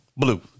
Blue